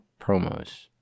promos